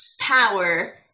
power